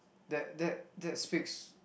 that that that speaks